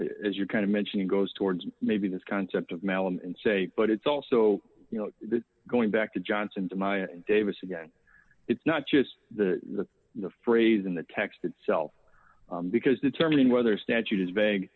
as you're kind of mentioning goes towards maybe this concept of male and say but it's also you know going back to johnson to my davis again it's not just the phrase in the text itself because determining whether statute is vague